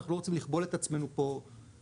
אנחנו לא רוצים לכבול את עצמנו פה באופן